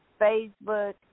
Facebook